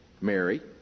Mary